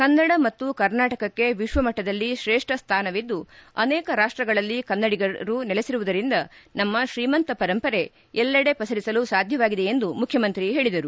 ಕನ್ನಡ ಮತ್ತು ಕರ್ನಾಟಕಕ್ಕೆ ವಿಶ್ವಮಟ್ವದಲ್ಲಿ ಶ್ರೇಷ್ಠ ಸ್ಥಾನವಿದ್ದು ಅನೇಕ ರಾಷ್ಟಗಳಲ್ಲಿ ಕನ್ನಡಿಗರು ನೆಲೆಸಿರುವುದು ನಮ್ಮ ಶ್ರೀಮಂತ ಪರಂಪರೆ ಎಲ್ಲೆಡೆ ಪಸರಿಸಲು ಸಾಧ್ಯವಾಗಿದೆ ಎಂದು ಮುಖ್ಯಮಂತ್ರಿ ಹೇಳಿದರು